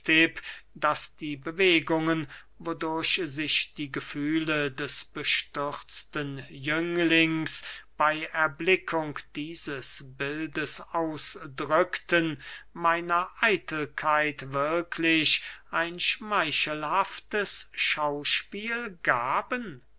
daß die bewegungen wodurch sich die gefühle des bestürzten jünglings bey erblickung dieses bildes ausdrückten meiner eitelkeit wirklich ein schmeichelhaftes schauspiel gaben